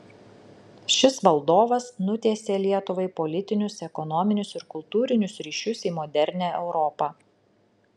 šis valdovas nutiesė lietuvai politinius ekonominius ir kultūrinius ryšius į modernią europą